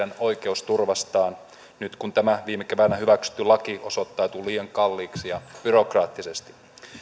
oikeusturvastaan nyt kun tämä viime keväänä hyväksytty laki osoittautui liian kalliiksi ja byrokraattiseksi